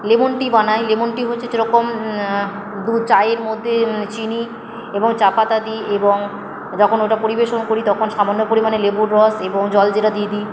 lemon tea বানাই lemon tea হচ্ছে যেরকম দুধ চায়ের মধ্যে চিনি এবং চা পাতা দিই এবং যখন ওটা পরিবেশন করি তখন সামান্য পরিমাণে লেবুর রস এবং জলজিরা দিয়ে দিই